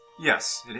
Yes